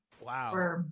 Wow